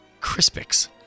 Crispix